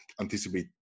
anticipate